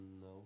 No